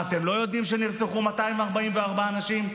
מה, אתם לא יודעים שנרצחו 244 אנשים?